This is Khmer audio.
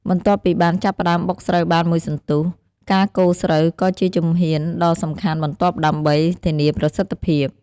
បន្ទាប់ពីបានចាប់ផ្តើមបុកស្រូវបានមួយសន្ទុះ ការកូរស្រូវគឺជាជំហានដ៏សំខាន់បន្ទាប់ដើម្បីធានាប្រសិទ្ធភាព។